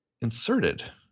inserted